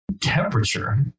temperature